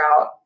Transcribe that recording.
out